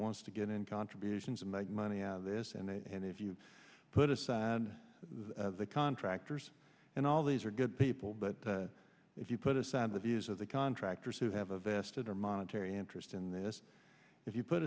wants to get in contributions and make money out of this and if you put aside the contractors and all these are good people but if you put aside the views of the contractors who have a vested or monetary interest in this if you put